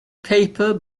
paper